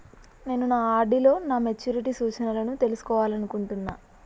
నేను నా ఆర్.డి లో నా మెచ్యూరిటీ సూచనలను తెలుసుకోవాలనుకుంటున్నా